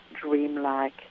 dreamlike